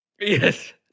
yes